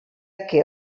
que